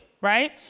right